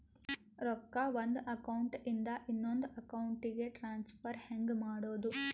ರೊಕ್ಕ ಒಂದು ಅಕೌಂಟ್ ಇಂದ ಇನ್ನೊಂದು ಅಕೌಂಟಿಗೆ ಟ್ರಾನ್ಸ್ಫರ್ ಹೆಂಗ್ ಮಾಡೋದು?